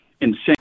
insane